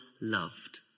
loved